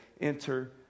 enter